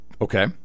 Okay